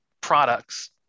products